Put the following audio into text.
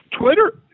Twitter